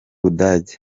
budage